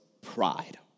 pride